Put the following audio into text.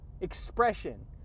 Expression